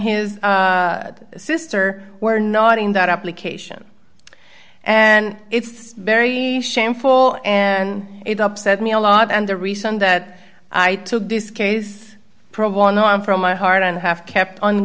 his sister were not in that application and it's very shameful and it upset me a lot and the reason that i took this case pro bono on from my heart and have kept on